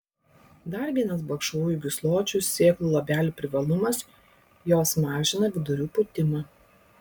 dar vienas balkšvųjų gysločių sėklų luobelių privalumas jos mažina vidurių pūtimą